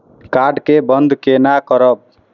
Card के बन्द केना करब?